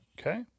Okay